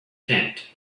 tent